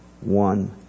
one